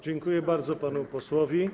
Dziękuję bardzo panu posłowi.